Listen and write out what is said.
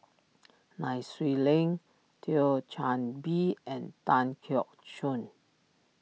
Nai Swee Leng Thio Chan Bee and Tan Keong Choon